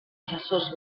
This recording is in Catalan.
assessors